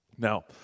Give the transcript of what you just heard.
Now